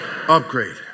Upgrade